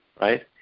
right